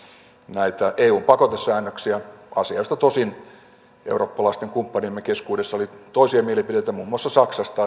näitä eun pakotesäännöksiä asia josta tosin eurooppalaisten kumppaniemme keskuudessa oli toisia mielipiteitä muun muassa saksassa